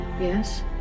Yes